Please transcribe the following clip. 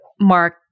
Mark